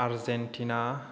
Argentina